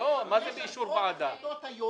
יש עשרות החלטות היום